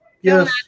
Yes